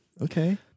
Okay